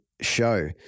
show